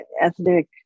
ethnic